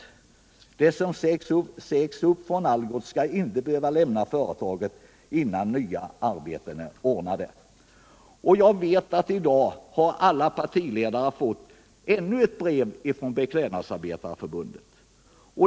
De som sägs upp från Algots skall inte behöva lämna företaget innan nya arbeten är ordnade.” Jag vet att alla partiledare i dag har fått ännu ett brev från beklädnadsarbetarnas förbund.